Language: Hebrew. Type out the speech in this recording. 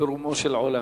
ברומו של עולם.